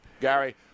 Gary